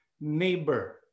neighbor